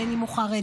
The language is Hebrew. בין אם הוא חרדי,